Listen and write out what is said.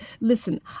Listen